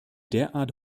derart